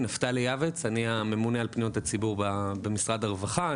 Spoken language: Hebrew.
אני הממונה על פניות הציבור במשרד הרווחה.